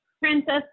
Princess